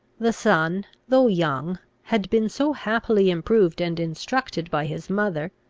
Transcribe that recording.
the son, though young, had been so happily improved and instructed by his mother,